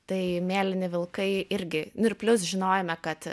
tai mėlyni vilkai irgi nu ir plius žinojome kad